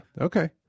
okay